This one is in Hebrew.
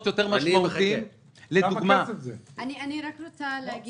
יותר משמעותיים לדוגמה -- אני רק רוצה להגיד